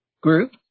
group